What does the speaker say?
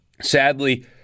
Sadly